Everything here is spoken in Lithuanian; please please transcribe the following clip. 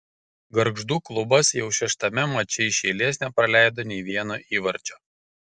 gargždų klubas jau šeštame mače iš eilės nepraleido nei vieno įvarčio